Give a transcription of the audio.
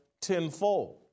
tenfold